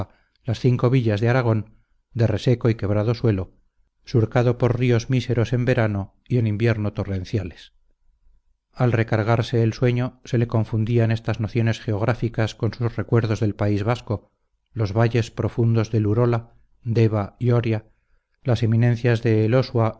las cinco villas de aragón de reseco y quebrado suelo surcado por ríos miseros en verano y en invierno torrenciales al recargarse el sueño se le confundían estas nociones geográficas con sus recuerdos del país vasco los valles profundos del urola deva y oria las eminencias de elosua